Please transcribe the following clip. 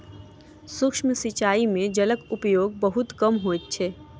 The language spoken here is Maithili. सूक्ष्म सिचाई में जलक उपयोग बहुत कम होइत अछि